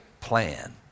plan